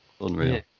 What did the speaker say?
Unreal